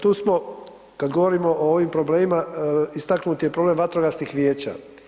Tu smo, kad govorimo o ovim problemima, istaknut je problem vatrogasnih vijeća.